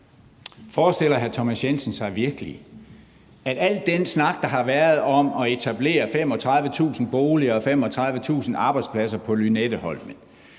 Jensen sig virkelig, at al den snak, der har været om at etablere 35.000 boliger og 35.000 arbejdspladser på Lynetteholmen,